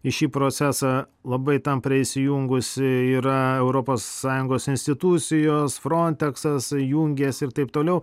į šį procesą labai tampriai sujungusi yra europos sąjungos institucijos fronteks įsijungęs ir taip toliau